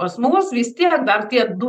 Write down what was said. pas mus vis tiek dar tie du